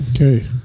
okay